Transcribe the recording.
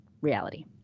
reality